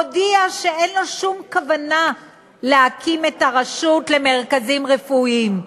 הודיע שאין לו שום כוונה להקים את רשות המרכזים הרפואיים,